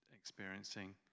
experiencing